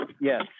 Yes